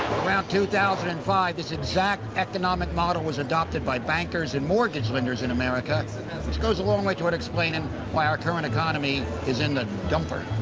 about two thousand and five this exact economic model was adopted by bankers and mortgage lenders in america which goes a long way toward explaining why our current economy is in the dumper.